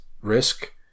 risk